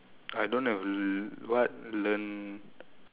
I don't have what learn